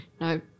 No